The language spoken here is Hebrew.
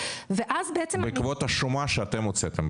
זה --- בעקבות השומה שאתם הוצאתם,